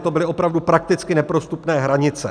To byly opravdu prakticky neprostupné hranice.